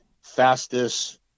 fastest